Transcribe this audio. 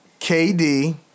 KD